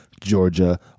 Georgia